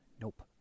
Nope